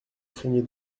craignez